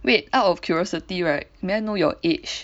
wait out of curiosity right may I know your age